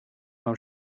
mewn